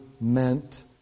meant